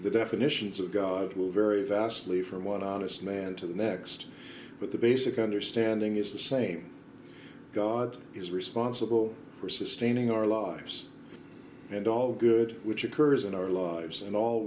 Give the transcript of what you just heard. the definitions of god will vary vastly from what honest man to the next but the basic understanding is the same god is responsible for sustaining our lives and all good which occurs in our lives and all